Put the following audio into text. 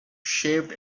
shaped